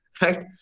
right